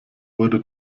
wurde